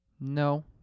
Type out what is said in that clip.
No